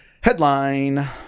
Headline